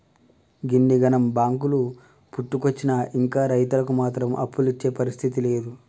గిన్నిగనం బాంకులు పుట్టుకొచ్చినా ఇంకా రైతులకు మాత్రం అప్పులిచ్చే పరిస్థితి లేదు